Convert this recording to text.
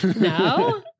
no